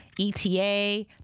ETA